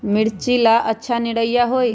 मिर्च ला अच्छा निरैया होई?